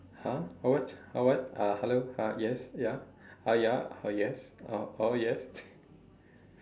!huh! oh what oh what uh hello uh yes ya uh ya oh yes oh oh yes